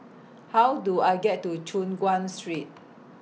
How Do I get to Choon Guan Street